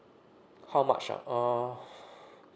how much ah uh